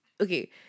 Okay